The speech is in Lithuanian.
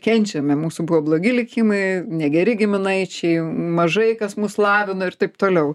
kenčiame mūsų buvo blogi likimai negeri giminaičiai mažai kas mus lavino ir taip toliau